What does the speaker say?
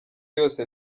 yose